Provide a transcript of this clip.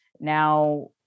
now